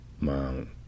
Mom